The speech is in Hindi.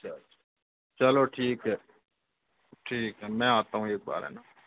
अच्छा चलो ठीक है ठीक है मैं आता हूँ एक बार है ना